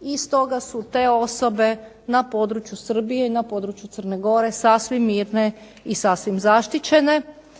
I stoga su te osobe na području Srbije na području Crne Gore sasvim mirne i sasvim zaštićene.